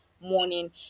morning